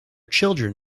children